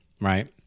right